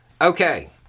Okay